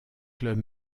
club